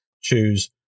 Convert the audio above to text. choose